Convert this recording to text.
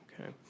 okay